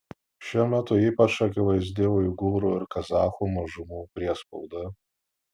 šiuo metu ypač akivaizdi uigūrų ir kazachų mažumų priespauda